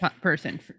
person